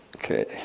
Okay